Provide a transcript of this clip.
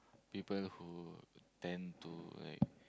people who tend to like